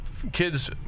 kids